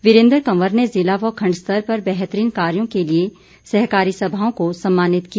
वीरेन्द्र कंवर ने ज़िला व खण्ड स्तर पर बेहतरीन कार्यो के लिए सहकारी सभाओं को सम्मानित किया